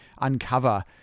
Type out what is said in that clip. uncover